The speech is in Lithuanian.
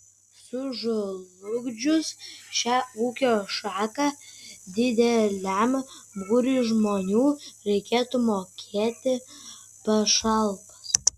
sužlugdžius šią ūkio šaką dideliam būriui žmonių reikėtų mokėti pašalpas